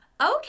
Okay